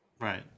Right